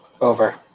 Over